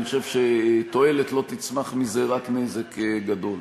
אני חושבת שתועלת לא תצמח מזה, רק נזק גדול.